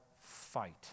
fight